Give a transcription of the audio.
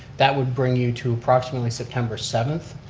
that would bring you to approximately september seventh,